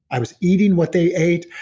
i was eating what they ate.